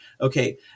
Okay